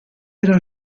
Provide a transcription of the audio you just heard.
era